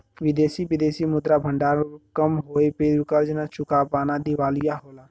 विदेशी विदेशी मुद्रा भंडार कम होये पे कर्ज न चुका पाना दिवालिया होला